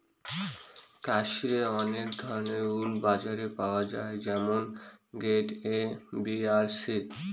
কাশ্মিরে অনেক ধরনের উল বাজারে পাওয়া যায় যেমন গ্রেড এ, বি আর সি